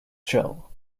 jill